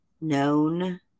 known